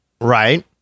Right